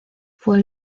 fue